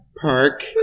Park